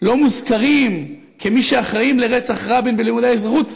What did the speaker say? לא מוזכרים כמי שאחראים לרצח רבין בלימודי האזרחות,